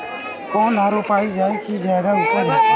कौन धान रोपल जाई कि ज्यादा उपजाव होई?